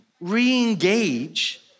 re-engage